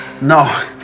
No